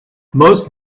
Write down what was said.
most